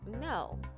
No